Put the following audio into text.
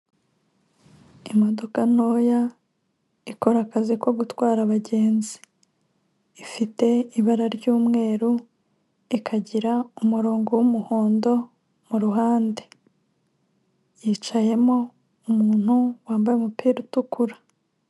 Imodoka ntoya ikora akazi ko gutwara abagenzi. Ifite ibara ry'umweru, ikagira umurongo w'umuhondo mu ruhande. Yicayemo umuntu wambaye umupira utukura.